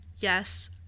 Yes